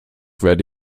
werde